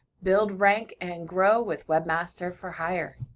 build, rank, and grow with webmaster for hire.